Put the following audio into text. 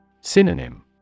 Synonym